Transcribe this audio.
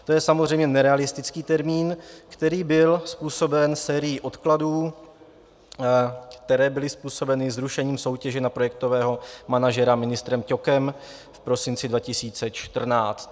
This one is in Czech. To je samozřejmě nerealistický termín, který byl způsoben sérií odkladů, které byly způsobeny zrušením soutěže na projektového manažera ministrem Ťokem v prosinci 2014.